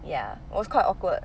yeah it was quite awkward